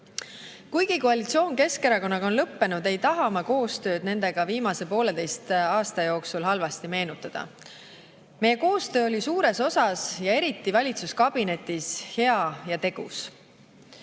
koalitsioon Keskerakonnaga on lõppenud, ei taha ma koostööd nendega viimase pooleteise aasta jooksul halvasti meenutada. Meie koostöö oli suures osas ja eriti valitsuskabinetis hea ja tegus.